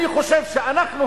אני חושב שאנחנו,